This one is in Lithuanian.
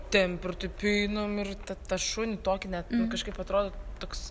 tempia ir taip einam ir ta tą šunį tokį net nu kažkaip atrodo toks